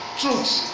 truths